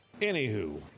Anywho